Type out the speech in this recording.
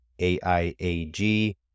AIAG